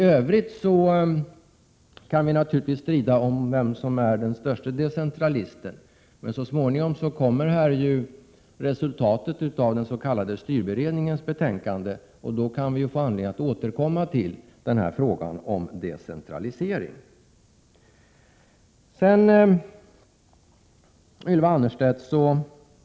Tövrigt kan vi naturligtvis strida om vem som är den störste decentralisten. Så småningom kommer emellertid resultatet av den s.k. styrberedningens arbete. Vi kan då få anledning att återkomma till frågan om decentralisering.